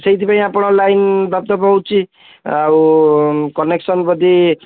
ସେଇଥିପାଇଁ ଆପଣଙ୍କ ଲାଇନ୍ ଦପ୍ ଦପ୍ ହେଉଛି ଆଉ କନେକ୍ସନ୍ ଯଦି